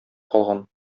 калган